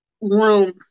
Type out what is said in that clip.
room